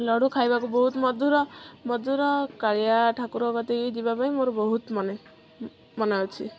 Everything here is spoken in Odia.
ଲଡ଼ୁ ଖାଇବାକୁ ବହୁତ ମଧୁର ମଧୁର କାଳିଆ ଠାକୁର କତିକି ଯିବାପାଇଁ ମୋର ବହୁତ ମନେ ମନାଉଛି